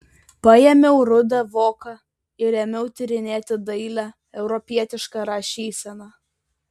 paėmiau rudą voką ir ėmiau tyrinėti dailią europietišką rašyseną